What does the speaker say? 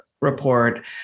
report